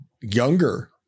younger